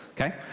Okay